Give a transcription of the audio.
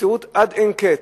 עד אין קץ,